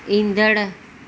ईंदड़ु